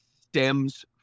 stems